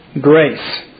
grace